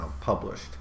published